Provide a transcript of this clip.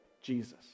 Jesus